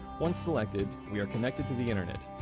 once selected, we are connected to the internet.